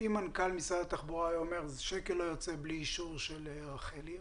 אם מנכ"ל משרד התחבורה היה אומר: שקל לא יוצא בלי אישור של רחלי?